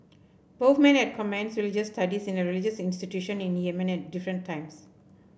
both men had commenced religious studies in a religious institution in Yemen at different times